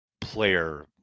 player